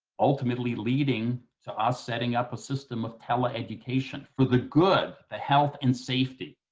ultimately leading to us setting up a system of tele-education for the good, the health and safety,